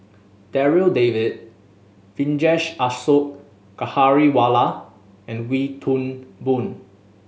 Darryl David Vijesh Ashok Ghariwala and Wee Toon Boon